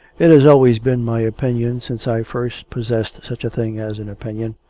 it has always been my opinion since i first possessed such a thing as an opinion,